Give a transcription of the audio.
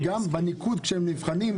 וגם בניקוד כשהם נבחנים,